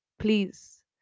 please